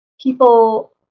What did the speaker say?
people